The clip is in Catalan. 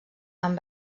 amb